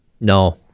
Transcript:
No